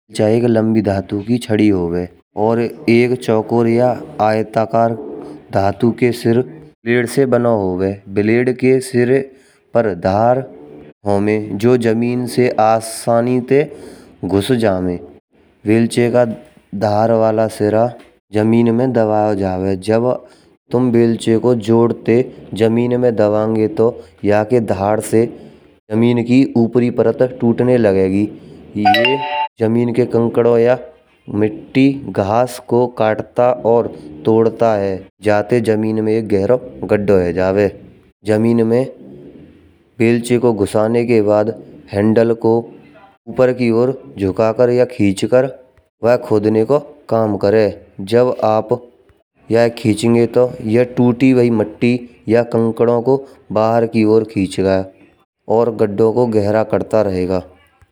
बेलचा एक लंबी धातु की छड़ी होवे और एक चौकार या आयताकार धातु के शिर पेड़ से बना होवे। ब्लेड के शिरे पर धार होवे जो जमीन ते आसानी से घुस जमे। बेलचे का धारवाला शिरा जमीन मा दबाया जावे जब तुम बेलचे को जोड़ते जमीन मा दबांगो तो ताके धड़ से जमीन की ऊपरी परत टूटने लगेगी। एलिए जमीन के कंकरो या मिट्टी घास को कट्टा या तोड़ता है जातें जमीन मा एक गहरा गड्ढा हे जावे। जमीन मा बेलचे को घुसाने के बाद हैंडल को ऊपर की ओर झुकाकर या खींचकर वये खोदने का काम करे। जब आप याये खीचेंगे तो ये टूटी हुई मिट्टी या कंकरो को बाहर को और खीचलाये और गड्डो को गहरा करता रहेगा।